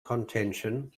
contention